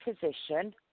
position